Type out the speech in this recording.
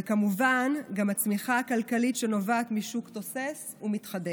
וכמובן הצמיחה הכלכלית שנובעת משוק תוסס ומתחדש.